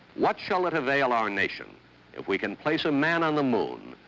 what shall it avail our nation, if we can place a man on the moon,